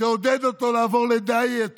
תעודד אותו לעבור לדיאט,